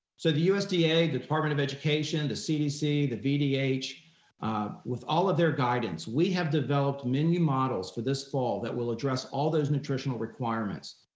so the usda, the department of education, the cdc, the vdh with all of their guidance, we have developed many models for this fall that will address all those nutritional requirements.